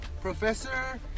Professor